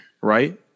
Right